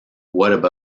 what